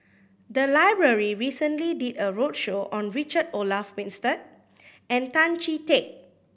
the library recently did a roadshow on Richard Olaf Winstedt and Tan Chee Teck